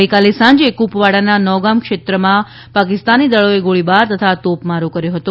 ગઈકાલે સાંજે કૂપવાડાના નૌગામ ક્ષેત્રમાં પાકિસ્તાની દળોએ ગોળીબાર તથા તોપમારો કર્યો હતો